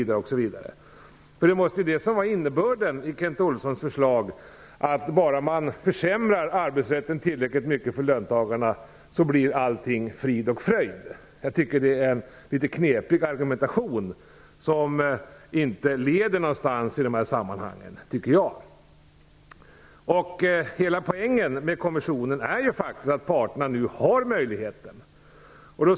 Det måste vara innebörden i Kent Olssons förslag, dvs. att bara man försämrar arbetsrätten tillräckligt mycket för löntagarna blir allting frid och fröjd. Jag tycker att det är en litet knepig argumentation, som inte leder någonstans. Hela poängen med kommissionen är ju att parterna nu har en möjlighet.